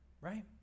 right